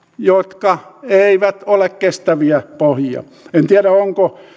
jotka eivät ole kestäviä pohjia en tiedä onko